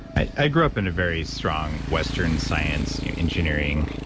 i grew up in a very strong western science, engineering,